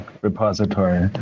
repository